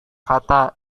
kata